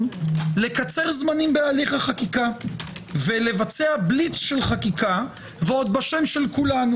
לקצר זמנים בהליך החקיקה ולבצע בליץ חקיקה ועוד בשם של כולנו.